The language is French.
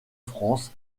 france